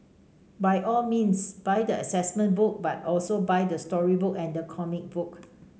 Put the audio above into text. by all means buy the assessment book but also buy the storybook and the comic book